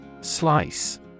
Slice